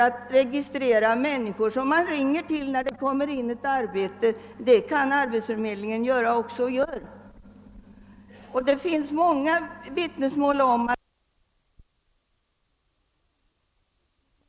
Att registrera människor och ringa till dem när det kommer in ett uppdrag är någonting som arbetsförmedlingen också kan göra och gör. Det finns för övrigt många vittnesmål om att alla damerna som är anställda vid byråerna inte får sysselsättning, utan de kan få sitta hemma i månader och vänta på att få en uppringning om ett arbetstillfälle.